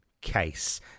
case